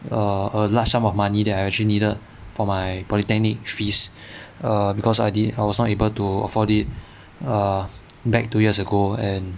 err a large sum of money that I actually needed for my polytechnic fees err because I did I was not able to afford it err back two years ago and